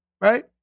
Right